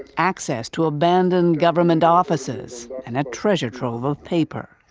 access to abandoned government offices, and a treasure trove of paper.